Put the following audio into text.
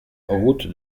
route